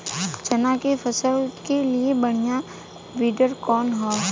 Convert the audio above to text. चना के फसल के लिए बढ़ियां विडर कवन ह?